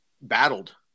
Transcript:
battled